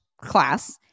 class